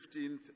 15th